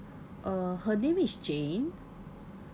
uh her name is jane